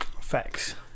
facts